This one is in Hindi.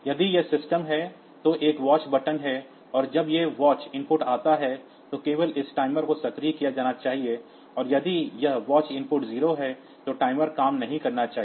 यदि यह सिस्टम है तो एक वॉच बटन है और जब यह वॉच इनपुट आता है तो केवल इस टाइमर को सक्रिय किया जाना चाहिए और यदि यह वॉच इनपुट 0 है तो टाइमर काम नहीं करना चाहिए